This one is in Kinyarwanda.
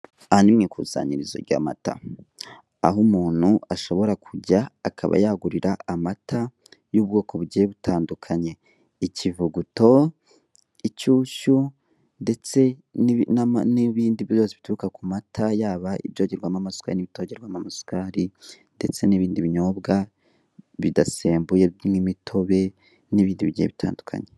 Aha ni mu ikusanyirizo ry'amata aho umuntu ashobora kujya akaba yagurira amata y'ubwoko bugiye butandukanye; ikivugo, inshyushyu ndetse n'ibindi byose bituruka ku mata yaba ibyongerwamo isukari n'ibitongerwamo amasukari, amata ndetse n'ibindi binyobwa bidasembuye n'imitobe ndetse n'ibindi binyobwa bigiye bitandukanye.